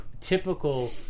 typical